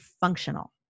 functional